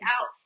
out